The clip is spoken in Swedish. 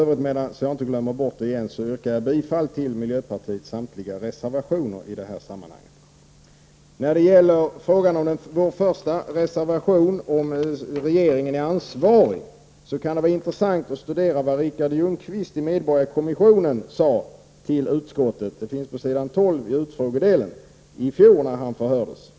Med detta, herr talman, yrkar jag bifall till miljöpartiets samtliga reservationer i sammanhanget. Beträffande vår första reservation, om regeringen är ansvarig, kan det vara intressant att studera vad Richard Ljungqvist från medborgarkommissionen sade till utskottet, s. 12 i utfrågningsdelen, när han förhördes i fjol.